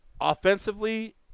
Offensively